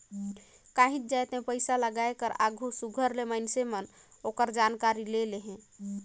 काहींच जाएत में पइसालगाए कर आघु सुग्घर ले मइनसे मन ओकर जानकारी ले लेहें